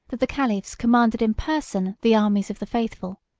that the caliphs commanded in person the armies of the faithful,